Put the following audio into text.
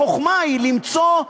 החוכמה היא למצוא,